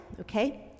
okay